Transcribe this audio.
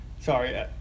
sorry